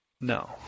No